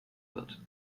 wird